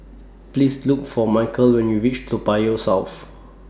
Please Look For Micheal when YOU REACH Toa Payoh South